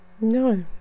no